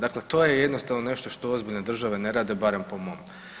Dakle to je jednostavno nešto što ozbiljne države ne rade, barem po mom.